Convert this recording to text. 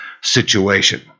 situation